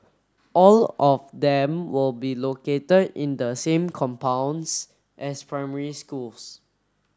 all of them will be located in the same compounds as primary schools